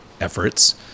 efforts